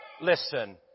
Listen